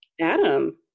Adam